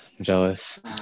jealous